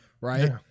right